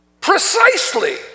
precisely